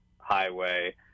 highway